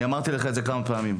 אמרתי לך את זה כמה פעמים,